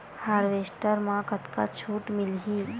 Harvester म कतका छूट मिलही?